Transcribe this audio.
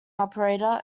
operator